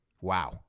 Wow